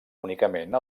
únicament